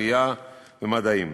קריאה ומדעים.